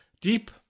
Deep